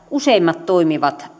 useimmat toimivat